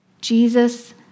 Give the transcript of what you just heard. Jesus